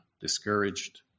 discouraged